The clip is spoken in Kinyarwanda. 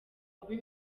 ube